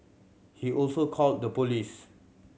he also called the police